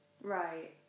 Right